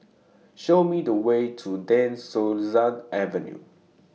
Show Me The Way to De Souza Avenue